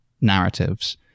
narratives